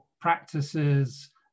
practices